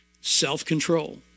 self-control